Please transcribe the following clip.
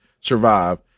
survive